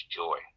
joy